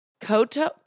koto